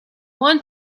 want